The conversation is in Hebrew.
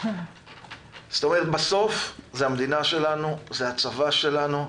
בסוף זה המדינה שלנו, זה הצבא שלנו,